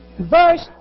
verse